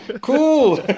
cool